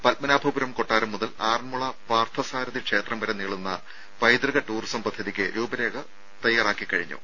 പത്മനാഭപുരം കൊട്ടാരം മുതൽ ആറന്മുള പാർത്ഥസാരഥി ക്ഷേത്രം വരെ നീളുന്ന പൈതൃക ടൂറിസം പദ്ധതിയ്ക്ക് രൂപരേഖ തയ്യാറാക്കി കഴിഞ്ഞു